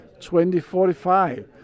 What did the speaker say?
2045